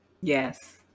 Yes